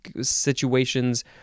situations